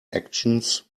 actions